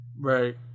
Right